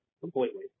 completely